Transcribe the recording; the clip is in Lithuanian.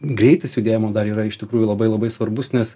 greitis judėjimo dar yra iš tikrųjų labai labai svarbus nes